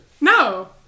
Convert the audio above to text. No